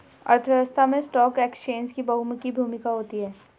अर्थव्यवस्था में stock exchange की बहुमुखी भूमिका होती है